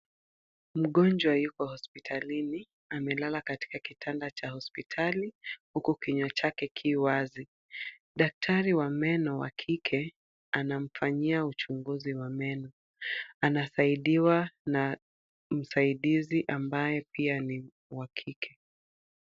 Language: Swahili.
Mgonjwa yupo hospitalini amelala katika kitanda cha hospitali huku kinywa chake ki wazi. Daktari wa meno wa kike anamfanyia uchunguzi wa meno. Anasaidiwa na msaidizi ambaye pia ni wa kike.